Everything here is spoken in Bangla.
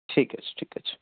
ঠিক আছে ঠিক আছে